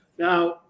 Now